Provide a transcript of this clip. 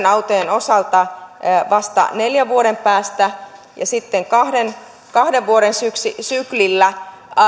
autojen osalta vasta neljän vuoden päästä ja sitten kahden kahden vuoden syklillä